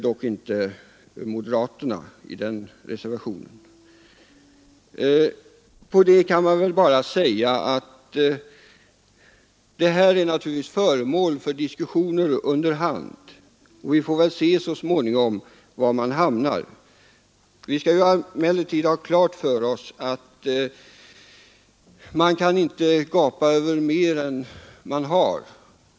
Moderaterna är dock inte med på den reservationen. Man kan väl bara säga att detta är en fråga som naturligtvis är föremål för diskussioner, och vi får väl så småningom se var man hamnar. Vi skall emellertid ha klart för oss att man inte kan gapa över mer än man har.